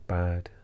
bad